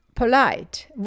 polite